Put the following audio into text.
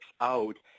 out